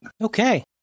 Okay